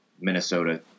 Minnesota